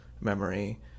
memory